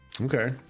Okay